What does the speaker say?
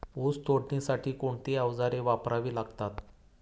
ऊस तोडणीसाठी कोणती अवजारे वापरावी लागतात?